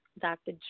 Dr